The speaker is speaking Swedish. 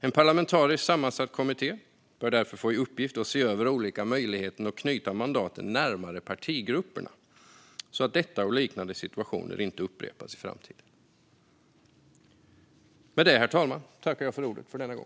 En parlamentariskt sammansatt kommitté bör därför få i uppgift att se över olika möjligheter att knyta mandaten närmare partigrupperna, så att liknande situationer inte upprepas i framtiden.